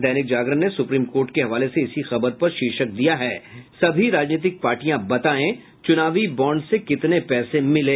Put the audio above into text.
दैनिक जागरण ने supreme court के हवाले से इसी खबर पर शीर्षक दिया है सभी राजनीतिक पार्टियां बतायें चुनावी बाँड से कितने पैसे मिले